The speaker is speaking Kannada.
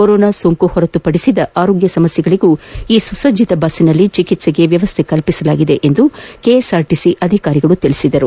ಕೊರೊನಾ ಸೋಂಕು ಹೊರತುಪಡಿಸಿದ ಆರೋಗ್ಯ ಸಮಸ್ಥೆಗಳಿಗೂ ಈ ಸುಸಜ್ಜಿತ ಬಸ್ನಲ್ಲಿ ಚಿಕಿತ್ಸೆಗೆ ವ್ಯವಸ್ಥೆ ಮಾಡಲಾಗಿದೆ ಎಂದು ಕೆಎಸ್ಆರ್ಟಿಸಿ ಅಧಿಕಾರಿಗಳು ತಿಳಿಸಿದ್ದಾರೆ